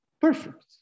Perfect